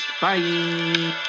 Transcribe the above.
bye